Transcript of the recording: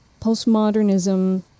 postmodernism